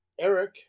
Eric